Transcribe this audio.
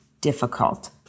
difficult